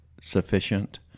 sufficient